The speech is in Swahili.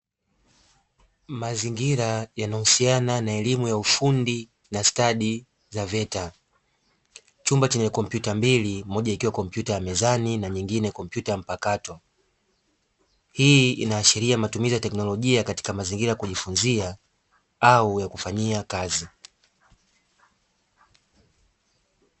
Mazingira yanahusiana na elimu ya ufundi na ustadi za "VETA". Chumba chenye kompyuta mbili, moja ikiwa kompyuta ya mezani na nyingine kompyuta mpakato. Hii inaashairia matumizi ya teknolojia katika mazingira ya kujifunzia au ya kufanyia kazi.